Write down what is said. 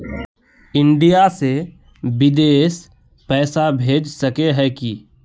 India से बिदेश पैसा भेज सके है की?